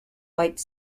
white